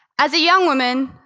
as a young woman,